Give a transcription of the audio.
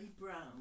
brown